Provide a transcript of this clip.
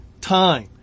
time